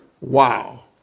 wow